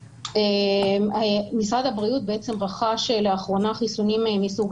משרד הבריאות רכש לאחרונה חיסונים מסוג